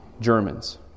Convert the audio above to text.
Germans